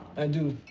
i do.